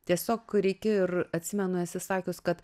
tiesiog reikėjo ir atsimenu esi sakius kad